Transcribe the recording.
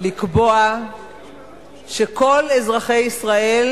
לקבוע שכל אזרחי ישראל,